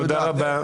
תודה רבה.